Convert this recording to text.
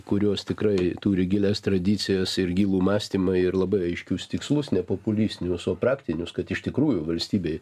kurios tikrai turi gilias tradicijas ir gilų mąstymą ir labai aiškius tikslus nepopulistinius o praktinius kad iš tikrųjų valstybei